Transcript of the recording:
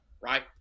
right